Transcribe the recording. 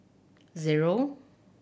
zero